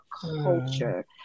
culture